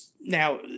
Now